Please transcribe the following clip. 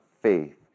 faith